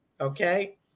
Okay